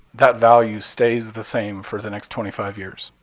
that value stays the same for the next twenty five years